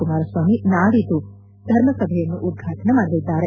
ಕುಮಾರಸ್ವಾಮಿ ನಾಳೆ ಧರ್ಮಸಭೆಯನ್ನು ಉದ್ವಾಟನೆ ಮಾಡಲಿದ್ದಾರೆ